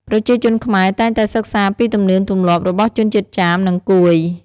ប្រជាជនខ្មែរតែងតែសិក្សាពីទំនៀមទម្លាប់របស់ជនជាតិចាម និងកួយ។